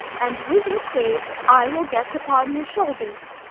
and with its aid i will get upon your shoulders.